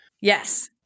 Yes